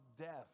death